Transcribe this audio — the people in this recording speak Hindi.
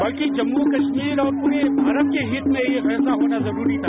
बल्कि जम्मू कश्मीर और पूरे भारत के हित में ये फैसला होना जरूरी था